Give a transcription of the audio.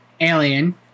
Alien